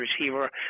receiver